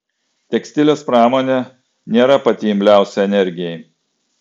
tekstilės pramonė nėra pati imliausia energijai